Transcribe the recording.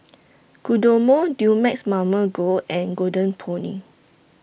Kodomo Dumex Mamil Gold and Golden Peony